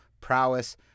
prowess